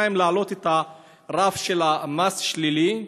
2. להעלות את הרף של המס שלילי,